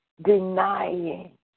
denying